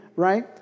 right